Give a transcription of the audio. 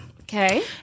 Okay